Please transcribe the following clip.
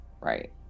Right